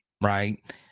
right